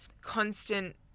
constant